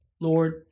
Lord